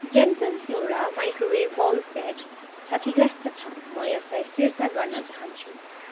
Jansen Flora microwave bowl set क्षतिग्रस्त छ म यसलाई फिर्ता गर्न चाहन्छु